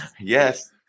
Yes